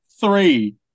Three